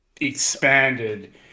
expanded